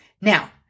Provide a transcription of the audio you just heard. Now